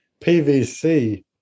PVC